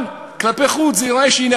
אבל כלפי חוץ זה ייראה שהנה,